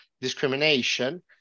discrimination